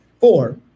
four